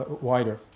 wider